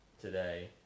today